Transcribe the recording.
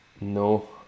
No